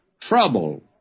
trouble